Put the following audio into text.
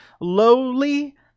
lowly